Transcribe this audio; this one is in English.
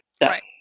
Right